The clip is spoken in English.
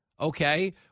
okay